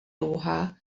dlouhá